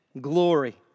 glory